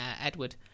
Edward